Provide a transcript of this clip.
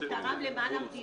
הוא תרם למען המדינה.